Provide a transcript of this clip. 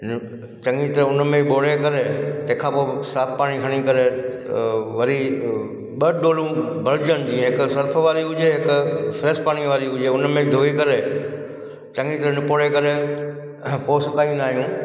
चंङी तरह हुन में ॿोड़े करे तंहिं खां पोइ साफ़ु पाणी खणी करे वरी ॿ ॾोलूं भरिजनि जीअं हिक सर्फ वारी हुजे हिक फ्रैश पाणी वारी हुजे हुन में धोई करे चंङी तरह निपूड़े करे पोइ सुकाईंदा आहियूं